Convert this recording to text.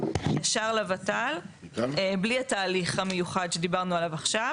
ישר לוות"ל בלי התהליך המיוחד שדיברנו עליו עכשיו,